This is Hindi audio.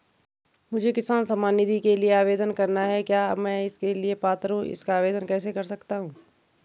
मुझे किसान सम्मान निधि के लिए आवेदन करना है क्या मैं इसके लिए पात्र हूँ इसका आवेदन कैसे कर सकता हूँ?